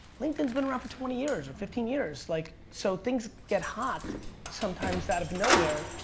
linkedin's been around for twenty years, or fifteen years. like, so things get hot sometimes out of nowhere,